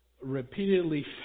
repeatedly